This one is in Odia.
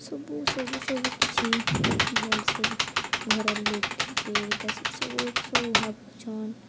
ସବୁ ସବୁ ସବୁ କିଛି ଭଲ୍ସେ ଘରର୍ ଲୋକ୍ ଥିବେ ଇଟା ସେଟା ସବୁ ସବୁ ଭାବୁଛନ୍